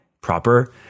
proper